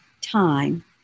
time